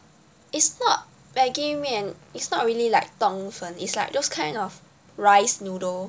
it's not Maggie 面 it's not really like 冬粉 is like those kind of rice noodle